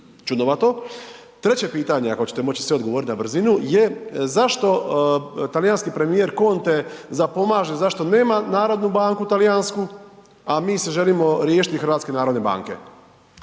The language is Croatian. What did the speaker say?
čudnovato. Treće pitanje, ako ćete moći sve odgovorit na brzinu, je zašto talijanski premijer Conte zapomaže zašto nema narodnu banku talijansku, a mi se želimo riješiti HNB-a? **Radin,